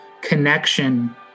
connection